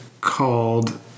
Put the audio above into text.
called